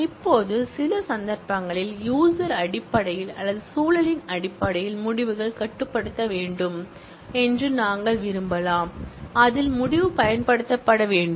இப்போது சில சந்தர்ப்பங்களில் யூசர் அடிப்படையில் அல்லது சூழலின் அடிப்படையில் முடிவுகள் கட்டுப்படுத்தப்பட வேண்டும் என்று நாங்கள் விரும்பலாம் அதில் முடிவு பயன்படுத்தப்பட வேண்டும்